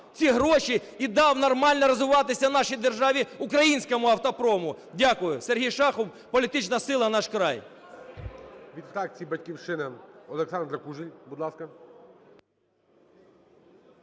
ці гроші і дав нормально розвиватися в нашій державі українському автопрому. Дякую, СергійШахов. Політична сила "Наш край".